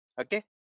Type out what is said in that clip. Okay